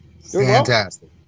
Fantastic